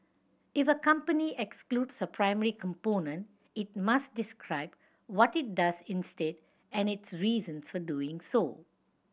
if a company excludes a primary component it must describe what it does instead and its reasons for doing so